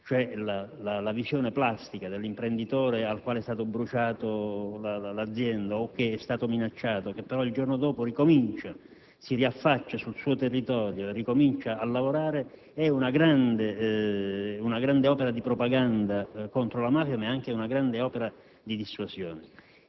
la visione plastica dell'imprenditore al quale è stata bruciata l'azienda o che è stato minacciato che però, il giorno dopo, si riaffaccia sul suo territorio e ricomincia a lavorare rappresenta un'importante opera di propaganda contro la mafia e anche una grande opera di dissuasione.